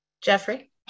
Jeffrey